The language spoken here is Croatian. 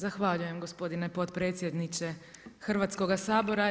Zahvaljujem gospodine potpredsjedniče Hrvatskoga sabora.